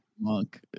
monk